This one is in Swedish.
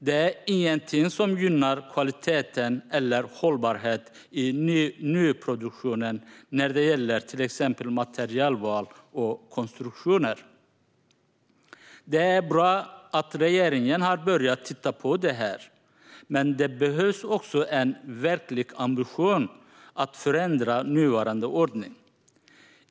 Det är ingenting som gynnar kvaliteten eller hållbarheten i nyproduktionen när det gäller till exempel materialval och konstruktioner. Det är bra att regeringen har börjat titta på det här, men det behövs också en verklig ambition att förändra nuvarande ordning.